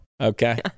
okay